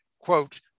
quote